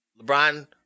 LeBron